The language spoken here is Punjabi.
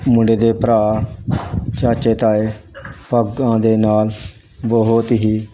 ਮੁੰਡੇ ਦੇ ਭਰਾ ਚਾਚੇ ਤਾਏ ਪੱਗਾਂ ਦੇ ਨਾਲ ਬਹੁਤ ਹੀ